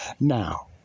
Now